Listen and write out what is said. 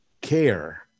care